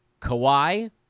Kawhi